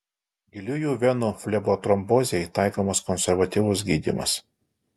giliųjų venų flebotrombozei taikomas konservatyvus gydymas